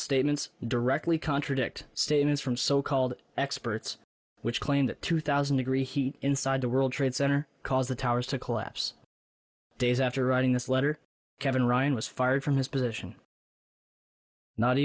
statements directly contradict statements from so called experts which claim that two thousand degree heat inside the world trade center caused the towers to collapse days after writing this letter kevin ryan was fired from his position not